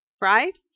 right